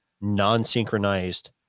non-synchronized